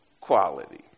quality